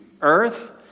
earth